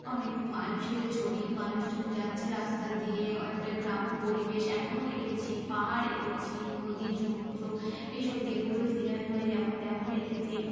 অনেক মানুষেরও ছবি মানুষজন যাচ্ছে রাস্তা দিয়ে একটা গ্রাম্য পরিবেশ এমনও এঁকেছি পাহাড় এঁকেছি নদী সমুদ্র এইসব দিয়ে পুরো সিনারি হয় যেমন তেমন এঁকেছি